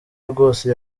rwose